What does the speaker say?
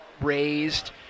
raised